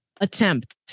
attempt